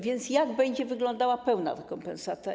Więc jak będzie wyglądała pełna rekompensata?